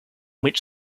which